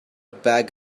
bag